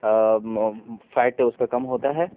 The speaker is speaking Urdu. فیٹ اس کا کم ہوتا ہے